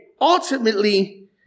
ultimately